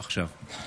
עכשיו.